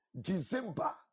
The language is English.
December